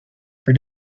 for